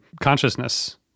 consciousness